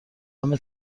همه